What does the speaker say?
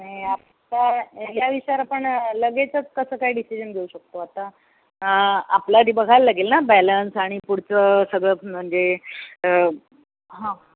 नाही आत्ता या विषयावर आपण लगेचच कसं काय डिसिजन घेऊ शकतो आत्ता आपलं आधी बघायला लागेल ना बॅलन्स आणि पुढचं सगळं म्हणजे हां